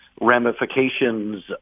ramifications